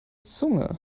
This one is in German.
zunge